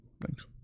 Thanks